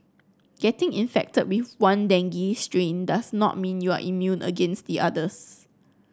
getting infected with one dengue strain does not mean you are immune against the others